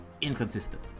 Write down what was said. Inconsistent